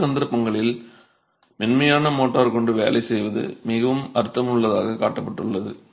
பல சந்தர்ப்பங்களில் மென்மையான மோர்டார் கொண்டு வேலை செய்வது மிகவும் அர்த்தமுள்ளதாக காட்டப்பட்டுள்ளது